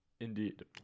Indeed